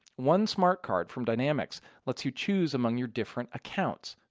one smart card from dynamics lets you chose among your different accounts.